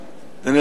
?